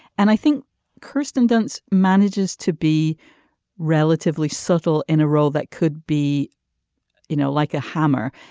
and i think kirsten dunst manages to be relatively subtle in a role that could be you know like a hammer.